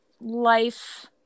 life –